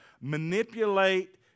manipulate